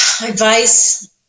Advice